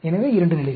எனவே 2 நிலைகள்